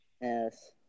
Yes